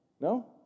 No